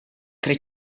tre